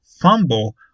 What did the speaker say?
fumble